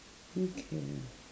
okay